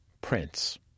Prince